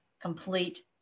complete